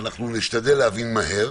נשתדל להבין מהר.